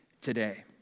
today